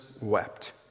wept